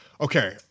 Okay